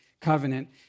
Covenant